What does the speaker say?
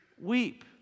weep